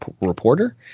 Reporter